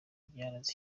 byaranze